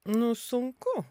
nu sunku